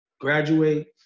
graduate